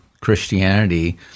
Christianity